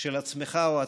של עצמך או עצמך,